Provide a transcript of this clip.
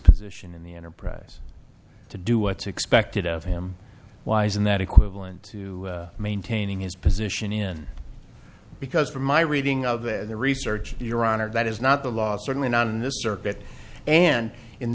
position in the enterprise to do what's expected of him why isn't that equivalent to maintaining his position in because from my reading of the research your honor that is not the law certainly not in this circuit and in